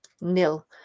nil